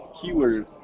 keyword